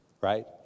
right